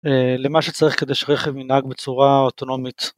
למה שצריך כדי שרכב ינהג בצורה אוטונומית.